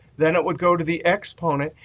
then it would go to the exponent.